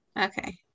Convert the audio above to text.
Okay